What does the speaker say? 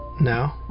No